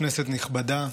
כנסת נכבדה,